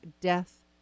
Death